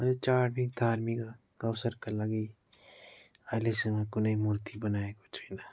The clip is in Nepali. मैले चाड अनि धार्मिक अवसरका लागि अहिलेसम्म कुनै मूर्ति बनाएको छुइनँ